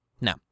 No